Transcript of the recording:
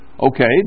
Okay